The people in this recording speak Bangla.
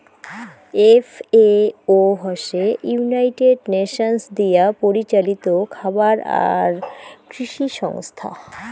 এফ.এ.ও হসে ইউনাইটেড নেশনস দিয়াপরিচালিত খাবার আর কৃষি সংস্থা